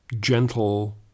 gentle